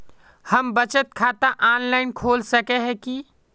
हम बचत खाता ऑनलाइन खोल सके है की?